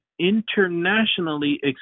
internationally